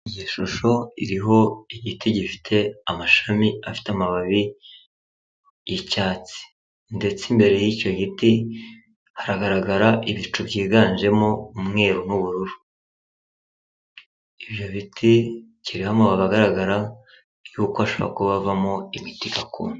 Iyi shusho iriho igiti gifite amashami afite amababi y'icyatsi ndetse imbere y'icyo giti haragaragara igicu cyiganjemo umweru n'ubururu. Ibyo biti bigira amababi agaragara y'uko ashobora kuba avamo imiti gakondo.